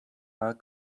heart